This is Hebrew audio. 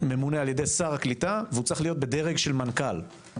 ממונה ע"י שר הקליטה והוא צריך להיות בדרג של מנכ"ל.